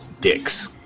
Dicks